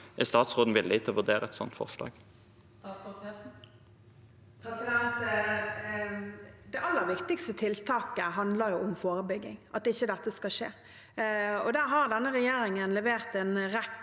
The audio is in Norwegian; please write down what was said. Er statsråden villig til å vurdere et sånt forslag? Statsråd Marte Mjøs Persen Det aller viktigste tiltaket handler om forebygging, at dette ikke skal skje. Der har denne regjeringen levert en rekke